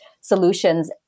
solutions